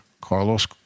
Carlos